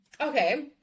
okay